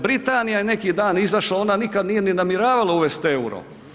Britanija je neki dan izašla, ona nikad nije ni namjeravala uvesti EUR-o.